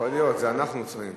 יכול להיות, זה אנחנו צריכים.